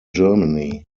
germany